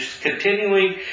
continuing